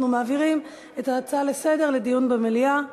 אנחנו מעבירים את ההצעה לסדר-היום לדיון במליאה.